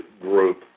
group